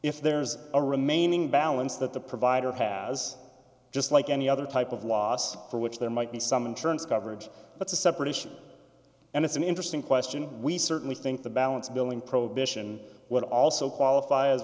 if there's a remaining balance that the provider has just like any other type of loss for which there might be some insurance coverage that's a separate issue and it's an interesting question we certainly think the balance billing prohibition would also qualif